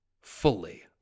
Fully